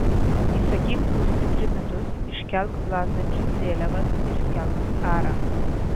įsakyk pūsti trimitus iškelk plazdančias vėliavas ir skelbk karą